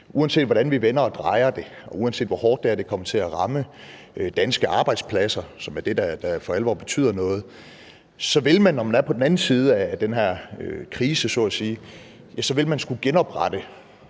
uanset hvordan vi vender og drejer det, uanset hvor hårdt det her kommer til at ramme danske arbejdspladser, som er det, der for alvor betyder noget, vil man, når man er på den anden side af den her krise, så at sige skulle genoprette